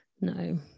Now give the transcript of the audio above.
no